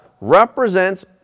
represents